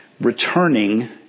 returning